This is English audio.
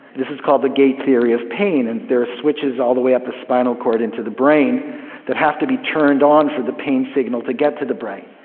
this is called the gate theory of pain, and there are switches all the way up the spinal cord into the brain that have to be turned on for the pain signal to get the brain.